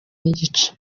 n’igice